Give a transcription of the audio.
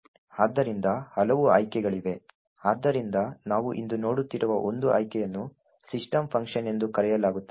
ಆದ್ದರಿಂದ ಹಲವು ಆಯ್ಕೆಗಳಿವೆ ಆದ್ದರಿಂದ ನಾವು ಇಂದು ನೋಡುತ್ತಿರುವ ಒಂದು ಆಯ್ಕೆಯನ್ನು ಸಿಸ್ಟಮ್ ಫಂಕ್ಷನ್ ಎಂದು ಕರೆಯಲಾಗುತ್ತದೆ